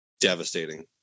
devastating